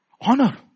Honor